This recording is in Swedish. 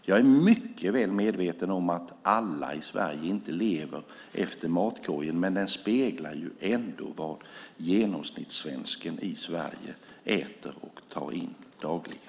Jag är mycket väl medveten om att alla i Sverige inte lever efter matkorgen, men den speglar ändå vad genomsnittssvensken i Sverige äter och tar in dagligen.